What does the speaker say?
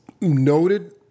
noted